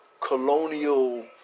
colonial